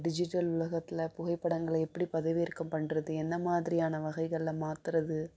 digital உலகத்தில் புகைப்படங்களை எப்படி பதிவிறக்கம் பண்ணுறது எந்த மாதிரியான வகைகளில் மாத்துகிறது